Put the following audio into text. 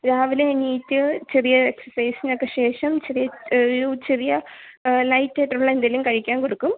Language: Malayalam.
രാവിലെ എണീറ്റ് ചെറിയ എക്സർസൈസിനൊക്കെ ശേഷം ചെറിയ യു ചെറിയ ലൈറ്റ് ആയിട്ടുള്ള എന്തെങ്കിലും കഴിക്കാൻ കൊടുക്കും